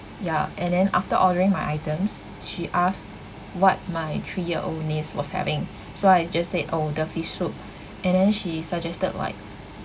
ya and then after ordering my items she asked what my three year old niece was having so I just say oh the fish soup and then she suggested like